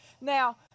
now